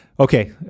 Okay